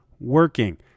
working